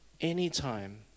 Anytime